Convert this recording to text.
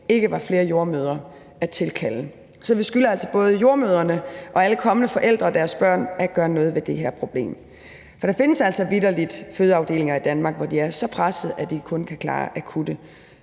ikke var flere jordemødre at tilkalde. Så vi skylder altså både jordemødrene og alle kommende forældre og deres børn at gøre noget ved det her problem. For der findes altså vitterlig fødeafdelinger i Danmark, hvor de er så pressede, at de kun kan klare akutte